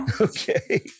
Okay